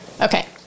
Okay